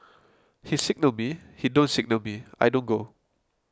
he signal me he don't signal me I don't go